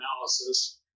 analysis